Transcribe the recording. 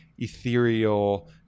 ethereal